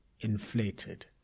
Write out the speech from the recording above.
inflated